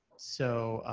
so,